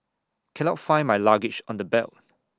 cannot find my luggage on the belt